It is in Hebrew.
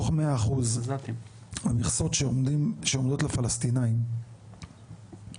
המכסות שעומדות לפלסטינאים,